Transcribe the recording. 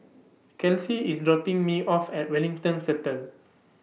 Kelsie IS dropping Me off At Wellington Centre